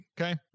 okay